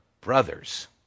brothers